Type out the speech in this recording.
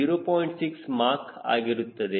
6 mark ಆಗಿರುತ್ತದೆ